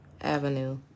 Avenue